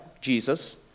Jesus